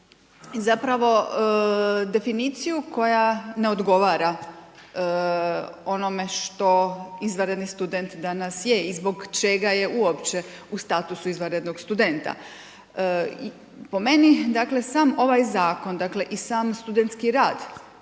zapravo definiciju koja ne odgovara onome što izvanredni student danas je i zbog čega je uopće u statusu izvanrednog studenta. Po meni dakle sam ovaj zakon, dakle i sam studentski rad